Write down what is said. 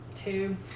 Two